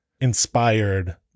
inspired